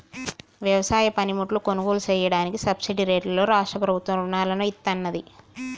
వ్యవసాయ పనిముట్లు కొనుగోలు చెయ్యడానికి సబ్సిడీ రేట్లలో రాష్ట్ర ప్రభుత్వం రుణాలను ఇత్తన్నాది